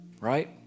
Right